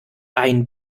ein